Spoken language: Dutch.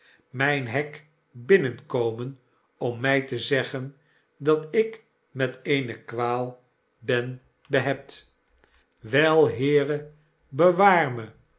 myn hek binnenkomen om my te zeggen dat ik met eene kwaal ben behept wel heere bewaar me